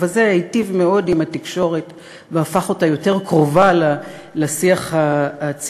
ובזה היטיב מאוד עם התקשורת והפך אותה יותר קרובה לשיח הציבורי,